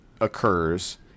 occurs